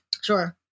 sure